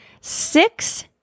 Six